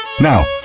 Now